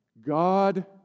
God